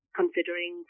considering